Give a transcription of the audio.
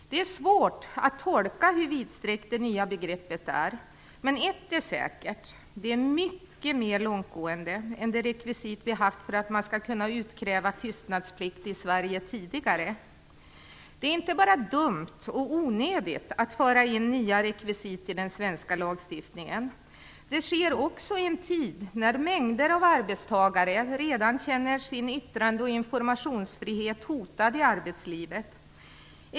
Det är svårt att tolka hur vidsträckt det nya begreppet är. Men ett är säkert: det är mycket mer långtgående än de rekvisit som vi har haft tidigare i Sverige för att man skall kunna utkräva tystnadsplikt. Det är inte bara dumt och onödigt att föra in nya rekvisit i den svenska lagstiftningen. Det sker också i en tid när mängder av arbetstagare redan känner sin yttrande och informationsfrihet hotad i arbetslivet.